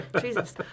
Jesus